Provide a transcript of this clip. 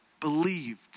believed